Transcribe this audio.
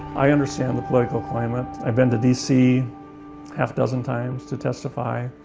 i understand the political climate. i've been to dc half dozen times to testify.